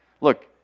Look